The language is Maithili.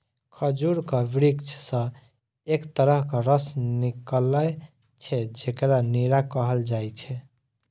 खजूरक वृक्ष सं एक तरहक रस निकलै छै, जेकरा नीरा कहल जाइ छै